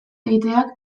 egiteak